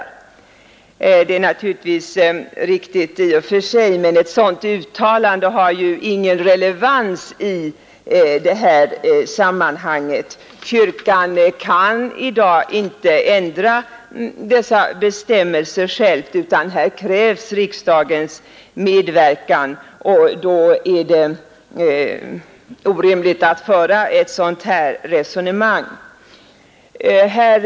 Detta utskottets uttalande är naturligtvis riktigt i och för sig, men det har ju ingen relevans i det här sammanhanget. Kyrkan kan i dag inte själv ändra bestämmelserna, utan här krävs riksdagens medverkan. Då är det orimligt att föra ett sådant resonemang som utskottet gör.